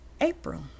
April